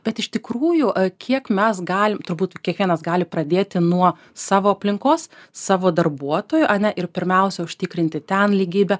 bet iš tikrųjų kiek mes galim turbūt kiekvienas gali pradėti nuo savo aplinkos savo darbuotojų ane ir pirmiausia užtikrinti ten lygybę